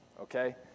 okay